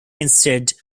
instead